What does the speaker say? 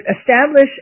establish